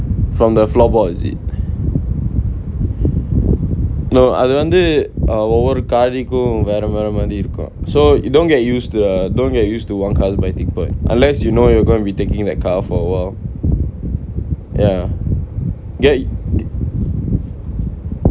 from the floorboard is it no அது வந்து ஒவ்வொரு:athu vanthu ovvoru car வேற வேற மாரி இருக்கும்:vera vera maari irukkum so don't get used uh don't get used to one car's biting point unless you know you're gonna be taking that car for awhile ya